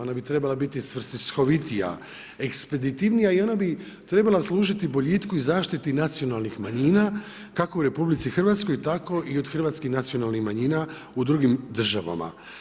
Ona bi trebala biti svrsihovitija, ekspeditivnija i ona bi trebala služiti boljitku i zaštiti nacionalnih manjina, kao u RH, tako i od hrvatskih nacionalnih manjina u drugim državama.